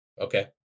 Okay